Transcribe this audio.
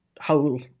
whole